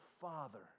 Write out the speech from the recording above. Father